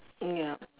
ya